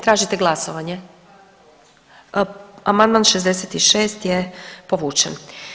Tražite glasovanje? … [[Upadica iz klupe se ne razumije]] Amandman 66. je povučen.